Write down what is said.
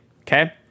okay